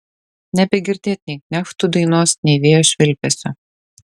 nebegirdėt nei knechtų dainos nei vėjo švilpesio